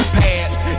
pads